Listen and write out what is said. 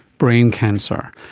brain cancer,